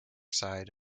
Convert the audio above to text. side